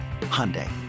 Hyundai